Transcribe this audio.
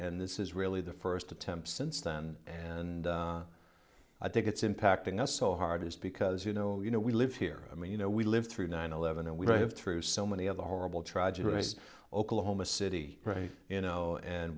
and this is really the first attempt since then and i think it's impacting us so hard is because you know you know we live here i mean you know we lived through nine eleven and we have through so many of the horrible tragedies oklahoma city right you know and